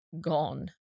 gone